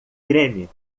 creme